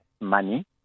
money